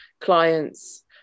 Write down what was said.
clients